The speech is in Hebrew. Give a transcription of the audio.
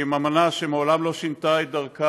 עם אמנה שמעולם לא שינתה את דרכה,